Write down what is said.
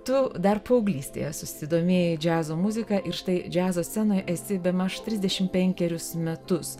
tu dar paauglystėje susidomėjai džiazo muzika ir štai džiazo scenoj esi bemaž trisdešim penkerius metus